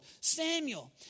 Samuel